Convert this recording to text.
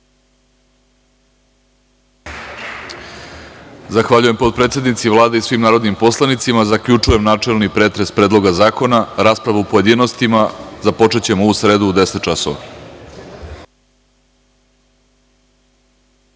Zahvaljujem potpredsednici Vlade i svim narodnim poslanicima. Zaključujem načelni pretres Predloga zakona. Raspravu u pojedinostima započećemo u sredu, u 10.00